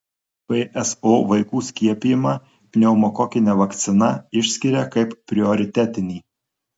pso vaikų skiepijimą pneumokokine vakcina išskiria kaip prioritetinį